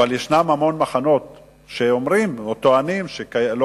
אבל ישנם המון מחנות שאומרים או טוענים שלא